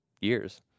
years